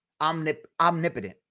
omnipotent